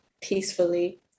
peacefully